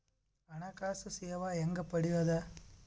ಹಣಕಾಸು ಸೇವಾ ಹೆಂಗ ಪಡಿಯೊದ?